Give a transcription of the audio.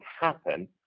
happen